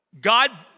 God